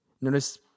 Notice